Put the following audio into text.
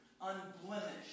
unblemished